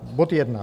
Bod 1.